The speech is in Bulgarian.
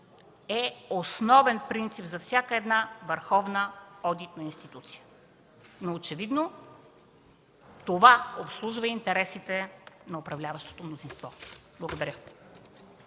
са основни принципи за всяка върховна одитна институция. Очевидно това обслужва интересите на управляващото мнозинство. Благодаря.